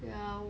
yeah